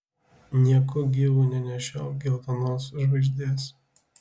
nieku gyvu nenešiok geltonos žvaigždės